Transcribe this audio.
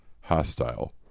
hostile